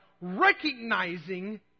recognizing